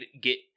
get